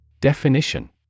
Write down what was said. Definition